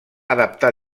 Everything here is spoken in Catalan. adaptar